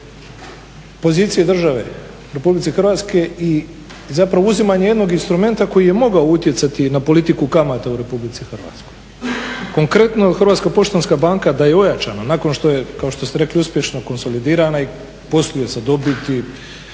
pozicije države RH i zapravo uzimanje jednog instrumenta koji je mogao utjecati na politiku kamata u RH. Konkretno, HPB da je ojačana nakon što je kao što ste rekli uspješno konsolidirana i posluje sa dobiti